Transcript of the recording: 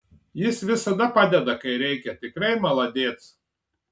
jis visada padeda kai reikia tikrai maladėc